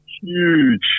huge